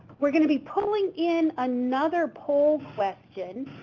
we're going to be pulling in another poll question